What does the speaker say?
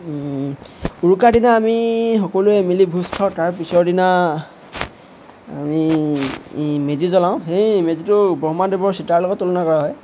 উৰুকাৰ দিনা আমি সকলোৱে মিলি ভোজ খাওঁ তাৰ পিছৰ দিনা আমি মেজি জ্বলাওঁ সেই মেজিটো ব্ৰহ্মাদেৱৰ চিতাৰ লগত তুলনা কৰা হয়